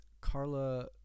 Carla